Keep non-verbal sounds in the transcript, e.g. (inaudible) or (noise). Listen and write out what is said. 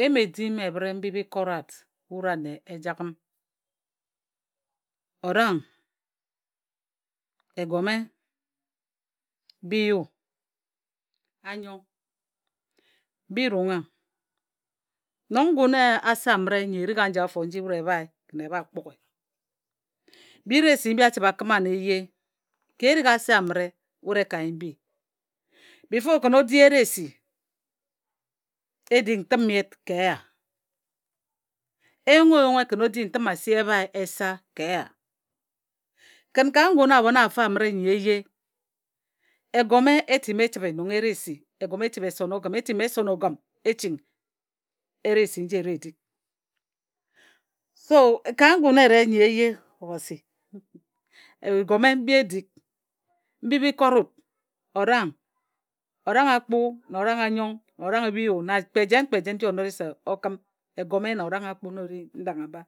Eyim edim ebhǝre mbi bi kora wut wut ane ejagham orang. Egome biyu, anyong birungha. Nong ngun ase amǝre nyi erik aji afo nji wut ebhae e bha kpughe biresi mbi a chǝbhe a kǝma nna eye ka erik ase amǝre wut e ka yen mbi befo (unintelligible) ken o di eresi e di ntǝm yet ka eya. E yungha oyunghe kǝn o di ntǝm ebhae esa ka eya kǝn ka ngun abhon afe nyi eye egome e ti ngǝm e chǝbhe nong eresi. Egome e chǝbhe e sona ogǝna e son ogǝm e ching eresi nji e ri e dik. So (unintelligible) ka ngun ere nyi eye Obhasi Bigome mbi e dik mbi bi kot wuk orang, orang akpu na orang anyong na orang biyu ne kpe jen kpe jen kpe jen nji o nore su o kǝm egome na orang akpu na o ri ndangha mba.